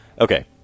okay